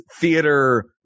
theater